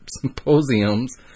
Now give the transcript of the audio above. symposiums